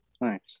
Nice